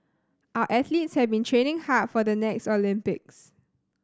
our athletes have been training hard for the next Olympics